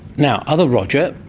now, other roger,